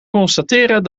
constateren